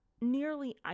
nearly